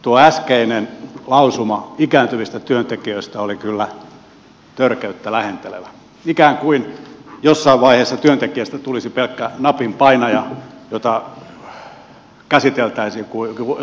tuo äskeinen lausuma ikääntyvistä työntekijöistä oli kyllä törkeyttä lähentelevä ikään kuin jossain vaiheessa työntekijästä tulisi pelkkä napinpainaja jota käsiteltäisiin kuin jotain ongelmaa